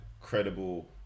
credible